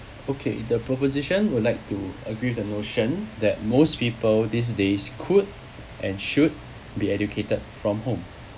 okay the proposition would like to agree with the notion that most people these days could and should be educated from home